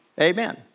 Amen